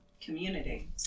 community